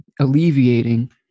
alleviating